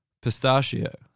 pistachio